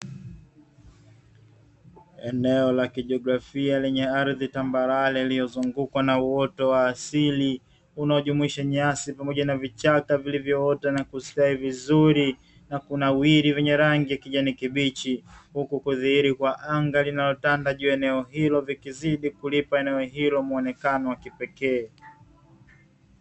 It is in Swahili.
Eneo la kijiografia lenye ardhi tambarare iliyozungukwa na uoto wa asili unaojumuisha nyasi pamoja na vichaka vilivyoota na kustawi vizuri na kunawiri vyenye rangi ya kijani kibichi huku kudhihiri kwa anga linalotanda juu ya eneo hilo vikizidi kulipa eneo hili mwonekano wa kipekee.